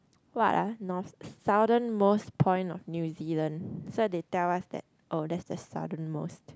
what ah north~ southern most point of new-zealand so they tell us that oh that's the southern most